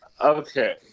Okay